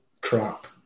crap